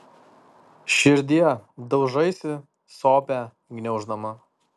širdie daužaisi sopę gniauždama